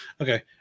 Okay